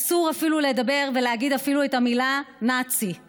אסור אפילו לדבר ולהגיד את המילה "נאצי";